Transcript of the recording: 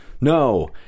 no